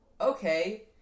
okay